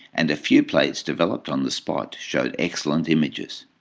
and a few plates developed on the spot showed excellent images.